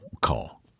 call